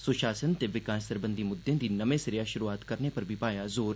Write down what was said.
सुशासन ते विकास सरबंधी मुद्दें दी नमें सिरेआ शुरुआत करने पर बी पाया जोर